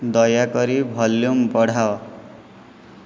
ଦୟାକରି ଭଲ୍ୟୁମ୍ ବଢ଼ାଅ